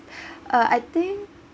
uh I think